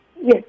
Yes